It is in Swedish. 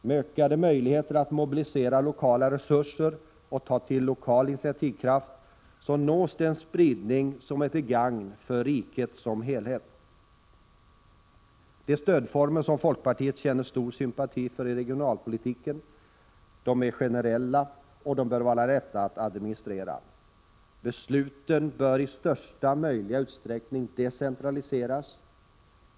Med ökade möjligheter att mobilisera lokala resurser och ta till lokal initiativkraft nås en spridning som är till gagn för riket som helhet. De stödformer i regionalpolitiken som folkpartiet känner stor sympati för är generella och bör vara lätta att administrera. Besluten bör i största möjliga utsträckning decentraliseras.